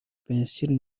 pensieri